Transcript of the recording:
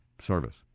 service